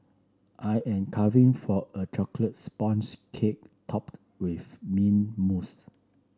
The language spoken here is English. I am craving for a chocolates sponge cake topped with mint mousse